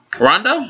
Rondo